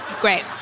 great